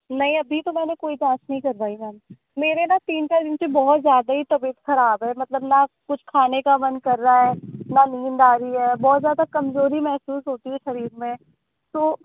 नहीं अभी तो मैंने कोई जाँच नहीं कर वाई मैम मेरे ना तीन चार दिन से बहुत ज़्यादा ही तबीयत खराब है मतलब न कुछ खाने का मन कर रहा है ना नींद आ रही है बहुत ज़्यादा कमजोरी महसूस होती है शरीर में तो